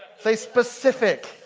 say, specific.